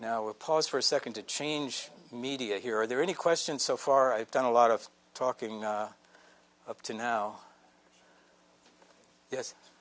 now a pause for a second to change media here are there any questions so far i've done a lot of talking up to now yes